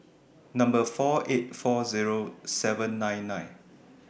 Number four eight four Zero seven nine nine